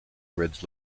reds